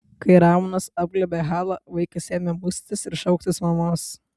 kai ramonas apglėbė halą vaikas ėmė muistytis ir šauktis mamos